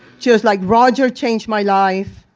just like roger changed my life,